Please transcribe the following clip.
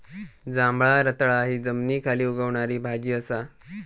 जांभळा रताळा हि जमनीखाली उगवणारी भाजी असा